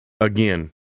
Again